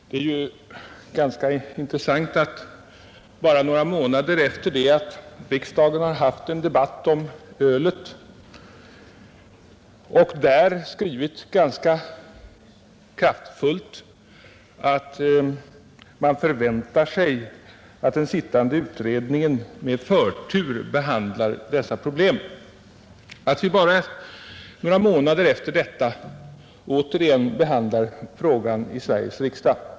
Det är ganska intressant att riksdagen bara några månader efter att vi haft en debatt om ölet och då skrivit ganska kraftfullt att man förväntar sig att den sittande utredningen med förtur behandlar dessa problem återigen behandlar frågan.